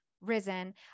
risen